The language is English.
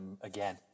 again